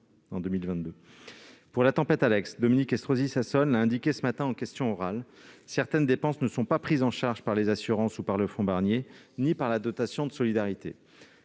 Pour la tempête Alex, comme Dominique Estrosi Sassone l'a indiqué ce matin lors de la séance de questions orales, certaines dépenses ne sont prises en charge ni par les assurances, ni par le fonds Barnier, ni par la dotation de solidarité.